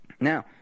Now